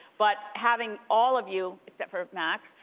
but having all of you, except for max,